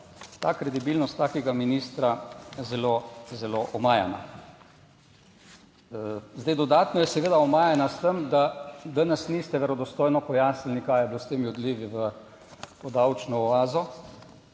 ta kredibilnost takega ministra zelo, zelo omajana. Zdaj, dodatno je seveda omajana s tem, da danes niste verodostojno pojasnili kaj je bilo s temi odlivi v to davčno oazo?